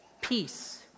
peace